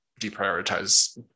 deprioritize